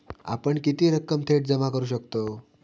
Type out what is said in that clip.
आपण किती रक्कम थेट जमा करू शकतव?